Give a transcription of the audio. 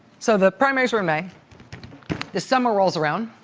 so the primaries were in may. the summer rolls around.